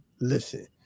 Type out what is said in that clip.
listen